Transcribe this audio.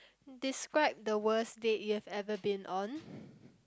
describe the worst date you have ever been on